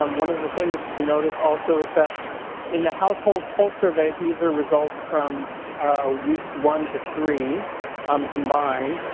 um one of the things to notice also is that in the household pulse survey these are results from weeks one to three um combined.